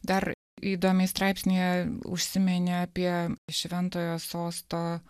dar įdomiai straipsnyje užsiminė apie šventojo sosto